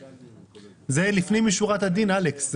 זה לפנים משורת הדין, אלכס.